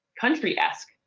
country-esque